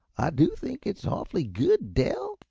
i do think it's awfully good, dell,